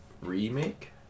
remake